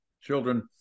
children